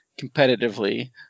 competitively